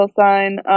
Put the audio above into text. sign